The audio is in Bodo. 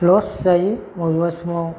लस जायो बबेबा समाव